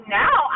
now